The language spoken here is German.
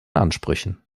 ansprüchen